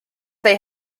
they